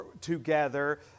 together